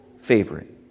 favorite